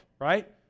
right